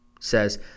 says